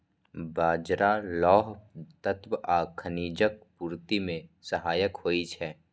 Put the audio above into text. बाजरा लौह तत्व आ खनिजक पूर्ति मे सहायक होइ छै